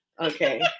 Okay